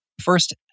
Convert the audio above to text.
first